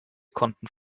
konnten